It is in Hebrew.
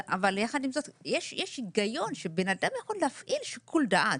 אבל יחד עם זאת יש היגיון שבן אדם יכול להפעיל שיקול דעת.